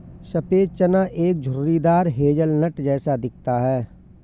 सफेद चना एक झुर्रीदार हेज़लनट जैसा दिखता है